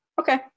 okay